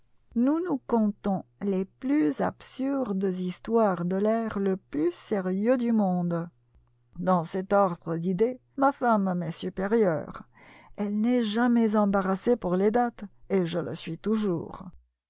nous nous contons les plus absurdes histoires de l'air le plus sérieux du monde dans cet ordre d'idées ma femme m'est supérieure elle n'est jamais embarrassée pour les dates et je le suis toujours